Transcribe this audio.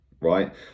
right